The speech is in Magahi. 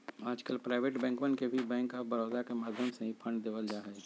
आजकल प्राइवेट बैंकवन के भी बैंक आफ बडौदा के माध्यम से ही फंड देवल जाहई